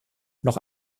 noch